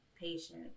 patient